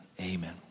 amen